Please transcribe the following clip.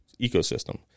ecosystem